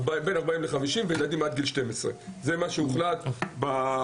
בין 40-50 וילדים עד גיל 12. זה מה שהוחלט בכניסות.